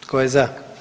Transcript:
Tko je za?